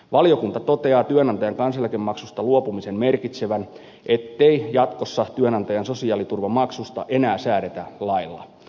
valiokunta toteaa työnantajan kansaneläkemaksusta luopumisen merkitsevän sitä ettei jatkossa työnantajan sosiaaliturvamaksusta enää säädetä lailla